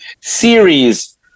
series